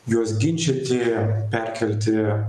juos ginčyti perkelti